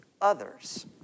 others